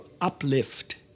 uplift